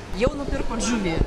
jau nupirkot žuvį